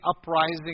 uprising